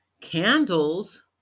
Candles